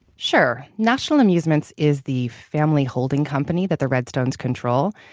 sure. national amusements is the family holding company that the redstone's control.